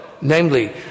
Namely